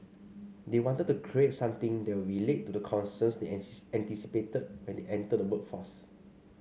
they wanted to create something that would relate to the concerns they anticipated when they enter the workforce